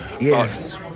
Yes